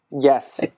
Yes